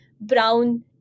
brown